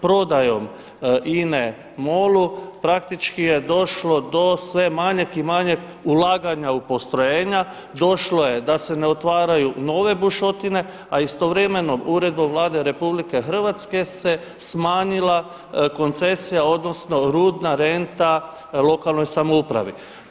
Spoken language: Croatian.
Prodajom INA-e MOL-u praktički je došlo do sve manjeg i manjeg ulaganja u postrojenja, došlo je da se ne otvaraju nove bušotine, a istovremeno uredbom Vlade RH se smanjila koncesija odnosno rudna renta lokalnoj samoupravi.